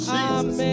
Jesus